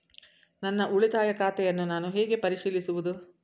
ನನ್ನ ಉಳಿತಾಯ ಖಾತೆಯನ್ನು ನಾನು ಹೇಗೆ ಪರಿಶೀಲಿಸುವುದು?